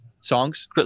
songs